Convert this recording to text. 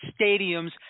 stadiums